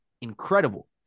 incredible